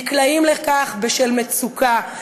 הם נקלעים לכך בשל מצוקה,